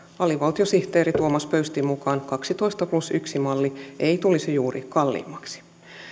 alivaltiosihteeri tuomas pöystin mukaan kaksitoista plus yksi malli ei tulisi juuri kalliimmaksi